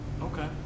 Okay